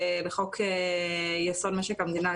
חוק יסוד משק המדינה,